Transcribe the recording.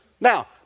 Now